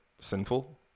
sinful